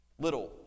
Little